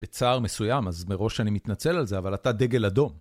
בצער מסוים, אז מראש אני מתנצל על זה, אבל אתה דגל אדום.